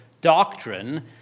doctrine